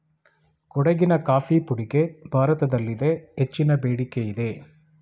ಕೊಡಗಿನ ಕಾಫಿ ಪುಡಿಗೆ ಭಾರತದಲ್ಲಿದೆ ಹೆಚ್ಚಿನ ಬೇಡಿಕೆಯಿದೆ